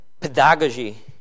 pedagogy